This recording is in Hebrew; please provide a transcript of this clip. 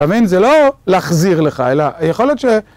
זה לא להחזיר לך, אלא יכול להיות ש...